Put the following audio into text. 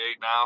now